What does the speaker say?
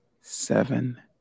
seven